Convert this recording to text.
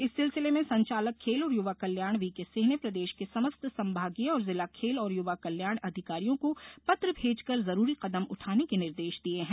इस सिलसिले में संचालक खेल और युवा कल्याण वीके सिंह ने प्रदेश के समस्त संभागीय और जिला खेल और युवा कल्याण अधिकारियों को पत्र भेजकर जरूरी कदम उठाने के निर्देश दिए हैं